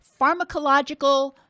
Pharmacological